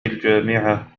الجامعة